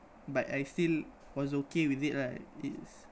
but I still was okay with it lah it's